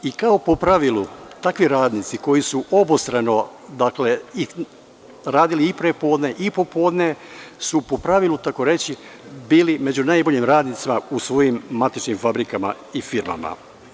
I kao po pravilu takvi radnici koji su obostrano, dakle, radili i pre podne i popodne su po pravilu, tako reći, bili među najboljim radnicima u svojim matičnim fabrikama i firmama.